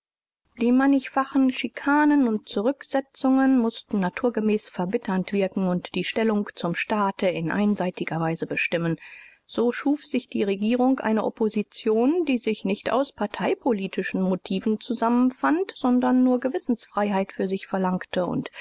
die mannigfachen chikanen u zurücksetzungen mußten naturgemäß verbitternd wirken u die stellung zum staate in einseitiger weise bestimmen so schuf sich die regierung eine opposition die sich nicht aus parteipolit motiven zusammenfand sondern nur gewissensfreiheit für sich verlangte u